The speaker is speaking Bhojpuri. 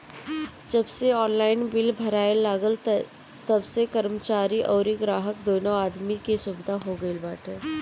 जबसे ऑनलाइन बिल भराए लागल तबसे कर्मचारीन अउरी ग्राहक दूनो आदमी के सुविधा हो गईल बाटे